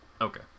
Okay